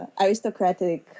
aristocratic